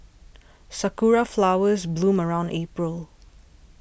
sakura flowers bloom around April